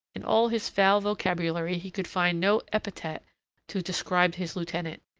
in all his foul vocabulary he could find no epithet to describe his lieutenant.